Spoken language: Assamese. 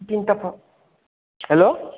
হেল্ল'